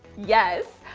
yes.